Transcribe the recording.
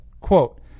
Quote